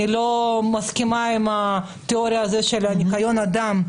אני לא מסכימה עם התיאוריה של ניקיון הדם.